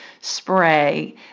spray